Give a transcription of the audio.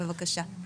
בבקשה.